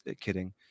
kidding